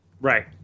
Right